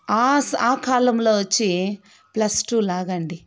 ఆస్ కాలంలో వచ్చి plus two లాగండి